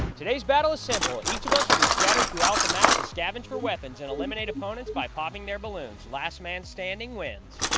today's battle is simple. each of us will be scattered throughout the map to scavenge for weapons and eliminate opponents by popping their balloons. last man standing wins.